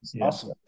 Awesome